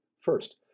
First